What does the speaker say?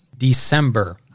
December